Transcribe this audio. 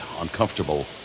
uncomfortable